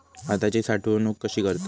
भाताची साठवूनक कशी करतत?